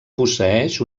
posseeix